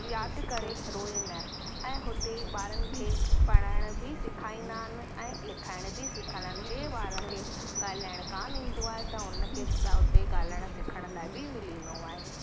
यादि करे रोए न ऐं हुते ॿारनि खे पढ़ाइणु बि सेखारींदा आहिनि ऐं लिखाइणु बि सेखारींदा जे ॿार खे ॻाल्हाइणु कान ईंदो आहे त उन खे उते ॻाल्हाइणु सिखण लाइ बि मिलंदो आहे